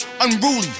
unruly